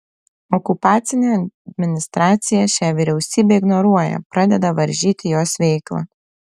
okupacinė administracija šią vyriausybę ignoruoja pradeda varžyti jos veiklą